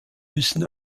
müssen